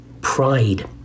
Pride